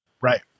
Right